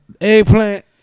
eggplant